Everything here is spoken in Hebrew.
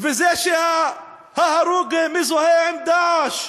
ועל זה שההרוג מזוהה עם "דאעש".